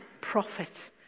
prophet